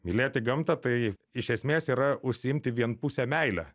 mylėti gamtą tai iš esmės yra užsiimti vienpuse meile